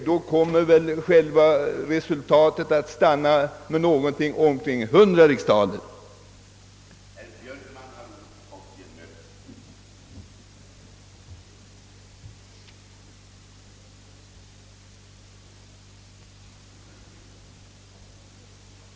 I så fall blir resultatet i detta fall en merkostnad på omkring 100 riksdaler per år.